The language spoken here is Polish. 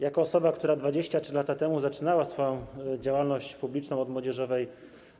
Jako osoba, która 23 lata temu zaczynała swoją działalność publiczną od młodzieżowej